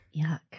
Yuck